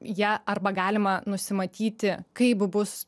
ja arba galima nusimatyti kaip bus